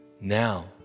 Now